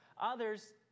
Others